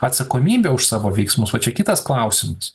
atsakomybę už savo veiksmus o čia kitas klausimas